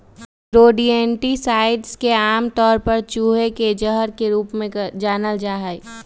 rodenticides के आमतौर पर चूहे के जहर के रूप में जानल जा हई